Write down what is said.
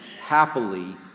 happily